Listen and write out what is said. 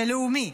זה לאומי.